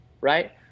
right